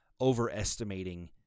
overestimating